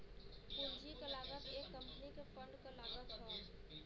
पूंजी क लागत एक कंपनी के फंड क लागत हौ